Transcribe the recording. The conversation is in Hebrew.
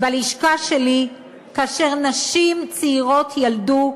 שבלשכה שלי, כאשר נשים צעירות ילדו,